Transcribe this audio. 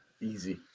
Easy